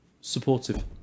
supportive